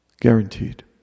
Guaranteed